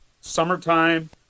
summertime